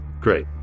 Great